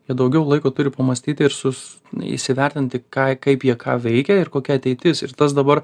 jie daugiau laiko turi pamąstyti ir sus įsivertinti ką kaip jie ką veikia ir kokia ateitis ir tas dabar